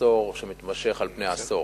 ממחסור בדירות שמתמשך על פני עשור.